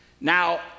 Now